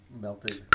melted